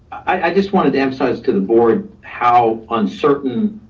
i just wanted to emphasize to the board how uncertain